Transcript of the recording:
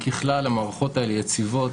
ככלל המערכות האלה יציבות.